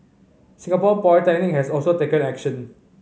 Singapore Polytechnic has also taken action